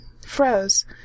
froze